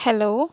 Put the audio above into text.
hello